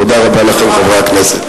תודה רבה לכם, חברי הכנסת.